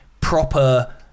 proper